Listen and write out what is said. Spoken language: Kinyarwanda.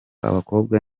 abakobwa